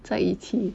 在一起